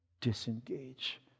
disengage